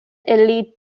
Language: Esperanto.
ili